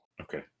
Okay